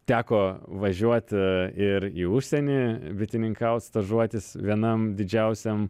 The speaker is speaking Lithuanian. teko važiuot ir į užsienį bitininkaut stažuotis vienam didžiausiam